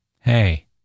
Hey